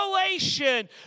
revelation